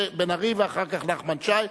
בן-ארי ואחר כך נחמן שי.